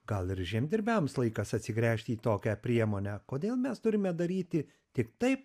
gal ir žemdirbiams laikas atsigręžti į tokią priemonę kodėl mes turime daryti tik taip